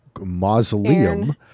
mausoleum